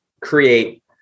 create